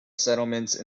settlements